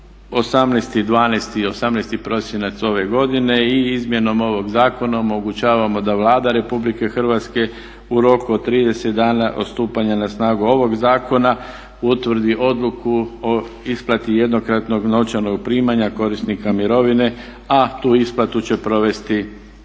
18.12., 18. prosinac ove godine i izmjenom ovog zakona omogućavamo da Vlada Republike Hrvatske u roku od 30 dana od stupanja na snagu ovoga zakona utvrdi odluku o isplati jednokratnog novčanog primanja korisnika mirovine a tu isplatu će provesti Hrvatski